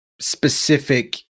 specific